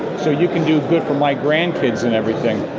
so you can do good for my grand-kids and everything.